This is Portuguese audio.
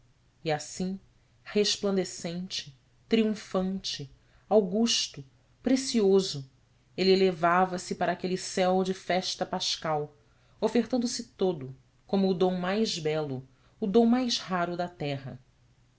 e assim resplandecente triunfante augusto precioso ele elevava-se para aquele céu de festa pascal ofertando se todo como o dom mais belo o dom mais raro da terra